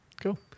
Cool